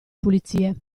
pulizie